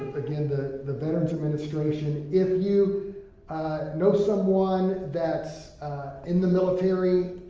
and the veterans' administration if you know someone that's in the military,